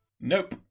Nope